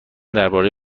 درباره